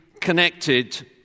connected